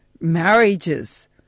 Marriages